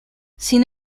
sin